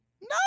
No